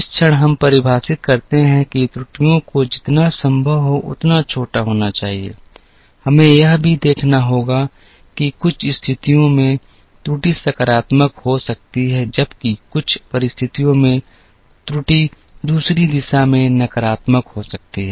जिस क्षण हम परिभाषित करते हैं कि त्रुटियों को जितना संभव हो उतना छोटा होना चाहिए हमें यह भी देखना होगा कि कुछ स्थितियों में त्रुटि सकारात्मक हो सकती है जबकि कुछ अन्य परिस्थितियों में त्रुटि दूसरी दिशा में नकारात्मक हो सकती है